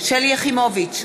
שלי יחימוביץ,